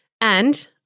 And-